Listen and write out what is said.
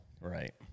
Right